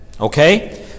Okay